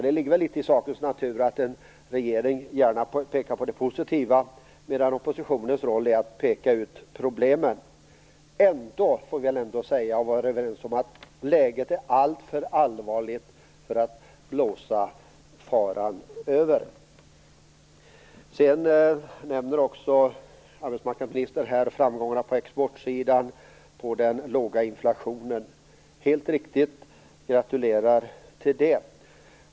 Det ligger väl i sakens natur att en regering gärna pekar på det positiva medan oppositionens roll är att peka ut problemen. Men vi får väl ändå vara överens om att läget är alltför allvarligt för att man skall blåsa faran över. Arbetsmarknadsministern nämnde framgångarna på exportsidan och den låga inflationen. Det är riktigt. Jag gratulerar till det.